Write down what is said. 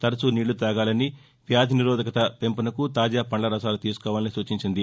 తరచూ నీళ్లు తాగాలని వ్యాధి నిరోధకత పెంపునకు తాజా పండ్ల రసాలు తీసుకోవాలని సూచించింది